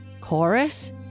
Chorus